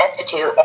Institute